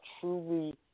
truly